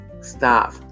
stop